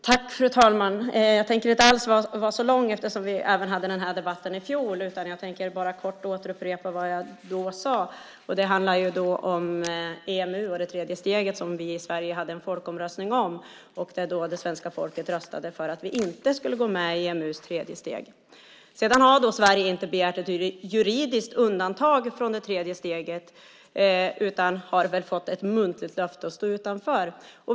Fru talman! Jag ska inte prata länge eftersom vi hade denna debatt även i fjol. Jag ska bara kort upprepa vad jag sade då. Det handlar om EMU och det tredje steget som vi i Sverige hade en folkomröstning om där det svenska folket röstade för att vi inte skulle gå med i EMU:s tredje steg. Sverige har inte begärt ett juridiskt undantag från det tredje steget utan har fått ett muntligt löfte om att få stå utanför.